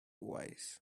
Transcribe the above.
wise